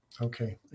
Okay